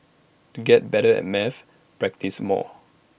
to get better at maths practise more